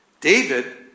David